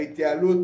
ההתייעלות,